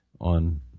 on